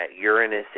Uranus